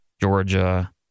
Georgia